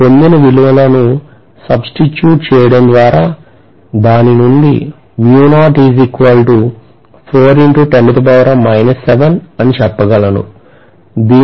నేను పొందిన విలువలను substitute చేయడంద్వారా దాని నుండి అని చెప్పగలను